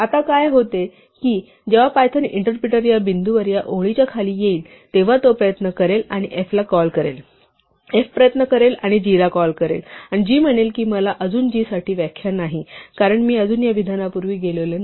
आता काय होते की जेव्हा पायथन इंटरप्रिटर या बिंदूवर या ओळीच्या खाली येईल तेव्हा तो प्रयत्न करेल आणि f ला कॉल करेल f प्रयत्न करेल आणि g ला कॉल करेल आणि g म्हणेल की मला अजून g साठी व्याख्या नाही कारण मी अजून या विधानापूर्वी गेलेलो नाही